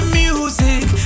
music